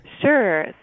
Sure